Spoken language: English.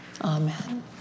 amen